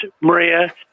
Maria